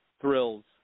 thrills